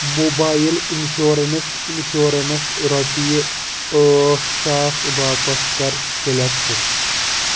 mobile insurance insurance رۅپیہِ ٲٹھ ساس باپتھ کَر سِلؠکٹہٕ